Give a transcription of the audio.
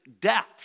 death